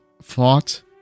fought